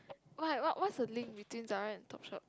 why what's a link between Zara and Topshop